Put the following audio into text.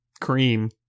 cream